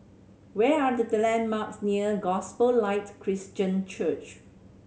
where are the the landmarks near Gospel Light Christian Church